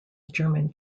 german